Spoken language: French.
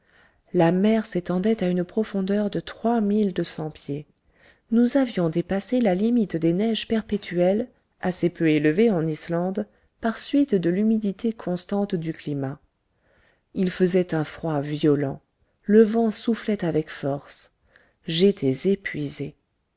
la mer s'étendait à une profondeur de trois mille deux cents pieds nous avions dépassé la limite des neiges perpétuelles assez peu élevée en islande par suite de l'humidité constante du climat il faisait un froid violent le vent soufflait avec force j'étais épuisé